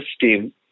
team